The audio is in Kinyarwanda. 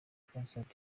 concert